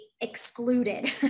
excluded